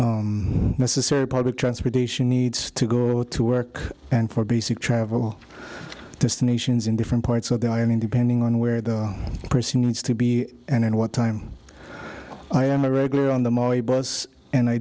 our necessary public transportation needs to go to work and for basic travel destinations in different parts of the i mean depending on where the person needs to be and in what time i am a regular on the molly bus and i